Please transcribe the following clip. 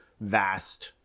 vast